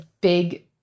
big